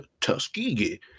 Tuskegee